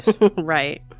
Right